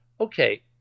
okay